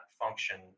function